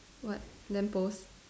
what lamppost